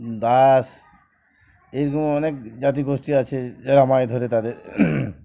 দাস এরকম অনেক জাতিগোষ্ঠী আছে যারা ময়ে ধরে তাদের